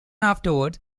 afterwards